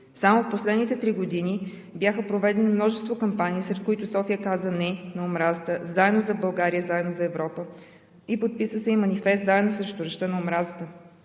Само в последните три години бяха проведени множество кампании, сред които „София каза „не“ на омразата“, „Заедно за България“, „Заедно за Европа“, подписа се и манифест „Заедно срещу речта на омразата“.